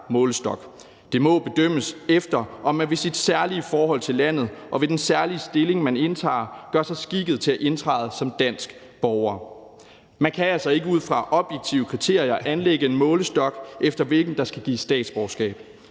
Det må bedømmes efter, om man ved sit særlige forhold til landet og ved den særlige stilling, man indtager, gør sig skikket til at indtræde som dansk borger. Man kan altså ikke ud fra objektive kriterier anlægge en målestok, efter hvilken der skal gives statsborgerskab.